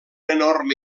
enorme